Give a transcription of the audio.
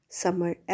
summer